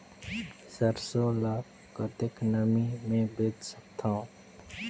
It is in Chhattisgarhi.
सरसो ल कतेक नमी मे बेच सकथव?